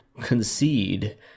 concede